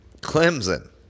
Clemson